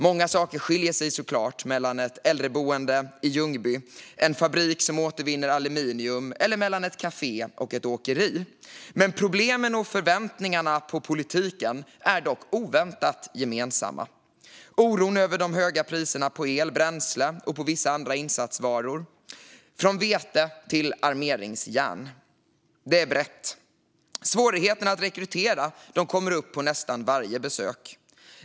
Många saker skiljer sig såklart mellan ett äldreboende i Ljungby och en fabrik som återvinner aluminium, eller mellan ett kafé och ett åkeri. Men problemen och förväntningarna på politiken är dock oväntat gemensamma. Det handlar om oron över de höga priserna på el, bränsle och vissa andra insatsvaror, från vete till armeringsjärn. Det är brett. Svårigheterna att rekrytera kommer upp vid nästan varje besök.